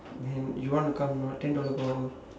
then you want to come or not ten dollar per hour